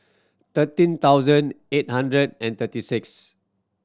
thirteen thousand eight hundred and thirty six